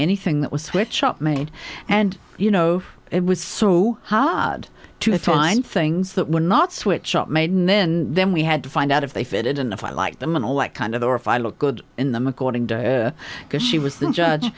anything that was which shop made and you know it was so hard to find things that were not switch up made and then then we had to find out if they fit and if i like them and all that kind of or if i look good in them according to because she was the judge